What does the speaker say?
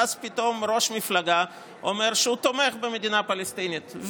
ואז פתאום ראש המפלגה אומר שהוא תומך במדינה פלסטינית,